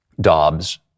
Dobbs